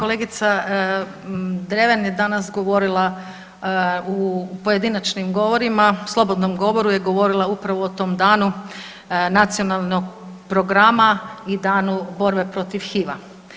Kolegica Dreven je danas govorila u pojedinačnim govorima, u slobodnom govoru je govorila upravo o tom danu Nacionalnog programa i Danu borbe protiv HIV-a.